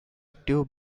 active